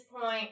point